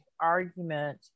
argument